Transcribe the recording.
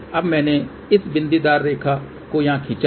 अब मैंने इस बिंदीदार रेखा को यहाँ खींचा है